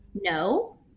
No